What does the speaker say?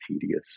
tedious